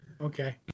okay